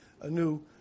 anew